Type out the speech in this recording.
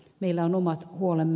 meillä on omat huolemme